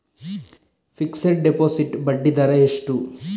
Fixed deposit ಬಡ್ಡಿ ದರ ಎಷ್ಟು?